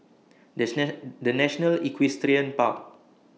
The National Equestrian Park